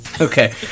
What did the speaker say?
okay